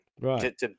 Right